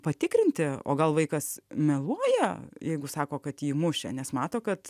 patikrinti o gal vaikas meluoja jeigu sako kad jį mušė nes mato kad